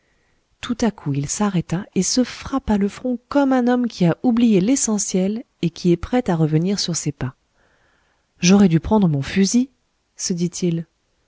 tout à coup il s'arrêta et se frappa le front comme un homme qui a oublié l'essentiel et qui est prêt à revenir sur ses pas j'aurais dû prendre mon fusil se dit-il